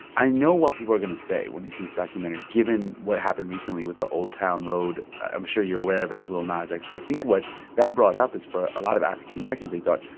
i know what people are going to say when they see this documentary, given what happened recently with the old town road i'm sure you're aware of it with lil nas. like i think what that brought up is, for a lot of african americans, they thought,